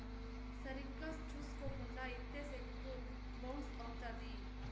సరిగ్గా చూసుకోకుండా ఇత్తే సెక్కు బౌన్స్ అవుత్తది